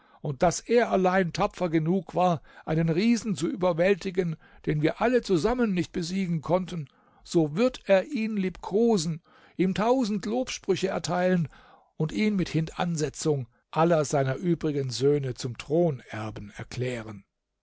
und daß er allein tapfer genug war einen riesen zu überwältigen den wir alle zusammen nicht besiegen konnten so wird er ihn liebkosen ihm tausend lobsprüche erteilen und ihn mit hintansetzung aller seiner übrigen söhne zum thronerben erklären